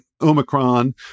Omicron